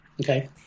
Okay